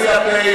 לפי הסדר,